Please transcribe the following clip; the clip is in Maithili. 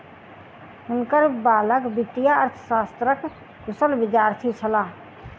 हुनकर बालक वित्तीय अर्थशास्त्रक कुशल विद्यार्थी छलाह